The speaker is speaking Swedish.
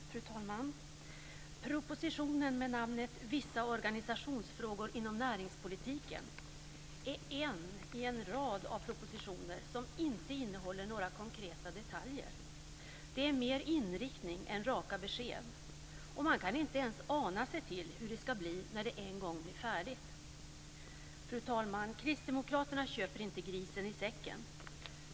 Fru talman! Propositionen med namnet Vissa organisationsfrågor inom näringspolitiken är en i en rad propositioner som inte innehåller några konkreta detaljer. Det är mer inriktning än raka besked. Man kan inte ens ana sig till hur det ska bli när det en gång blir färdigt. Fru talman! Kristdemokraterna köper inte grisen i säcken.